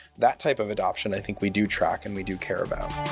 that type of adoption, i think, we do track and we do care about.